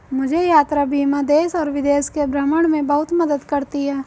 मुझे यात्रा बीमा देश और विदेश के भ्रमण में बहुत मदद करती है